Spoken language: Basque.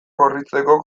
korritzeko